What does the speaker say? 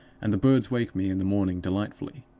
and the birds wake me in the morning delightfully.